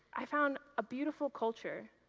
i found a beautiful culture